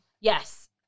Yes